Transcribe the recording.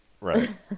Right